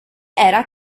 era